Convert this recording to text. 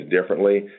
differently